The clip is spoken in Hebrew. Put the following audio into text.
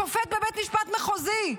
שופט בבית משפט מחוזי,